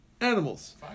Animals